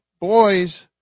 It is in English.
boys